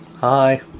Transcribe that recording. Hi